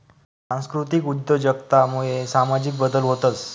सांस्कृतिक उद्योजकता मुये सामाजिक बदल व्हतंस